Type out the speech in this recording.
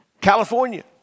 California